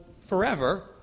forever